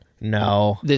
No